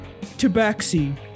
Tabaxi